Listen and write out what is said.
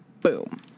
Boom